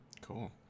Cool